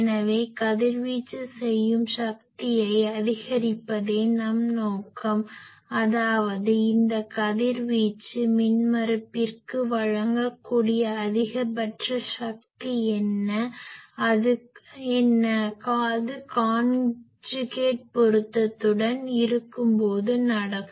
எனவே கதிர்வீச்சு செய்யும் சக்தியை அதிகரிப்பதே நம் நோக்கம் அதாவது இந்த கதிர்வீச்சு மின்மறுப்பிற்கு வழங்கக்கூடிய அதிகபட்ச சக்தி என்ன இது காஞ்சுகேட் conjugate இணைச் சிக்கலெண் பொருத்தத்துடன் இருக்கும்போது நடக்கும்